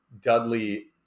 Dudley